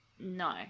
No